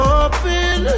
open